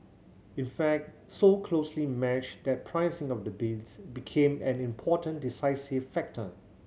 in fact so closely matched that pricing of the bids became an important decisive factor